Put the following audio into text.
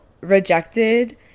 rejected